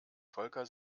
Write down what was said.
volker